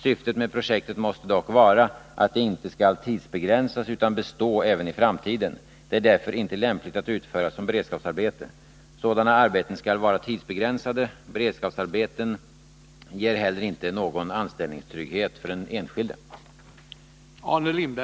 Syftet med projektet måste dock vara att det inte skall tidsbegränsas utan bestå även i framtiden. Det är därför inte lämpligt att utföra som beredskapsarbete. Sådana arbeten skall vara tidsbegränsade. Beredskapsarbeten ger heller inte någon anställningstrygghet för den enskilde.